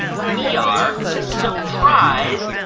we are. surprise,